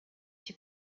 die